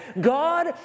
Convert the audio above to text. God